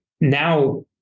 now